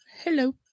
hello